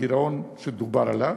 הגירעון שדובר עליו,